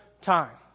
time